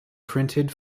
printed